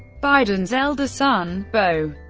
biden's elder son, beau,